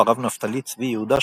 הרב נפתלי צבי יהודה שפירא,